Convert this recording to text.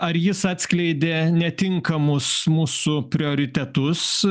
ar jis atskleidė netinkamus mūsų prioritetus